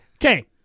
Okay